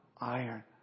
iron